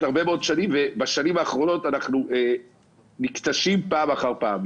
הרבה מאוד שנים ובשנים האחרונות אנחנו מתקשים פעם אחר פעם.